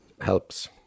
helps